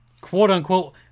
quote-unquote